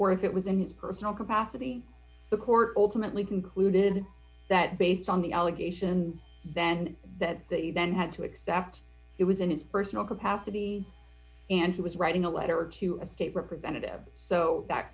or if it was in his personal capacity the court ultimately concluded that based on the allegations then that they then had to accept it was in his personal capacity and he was writing a letter to a state representative so that